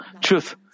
truth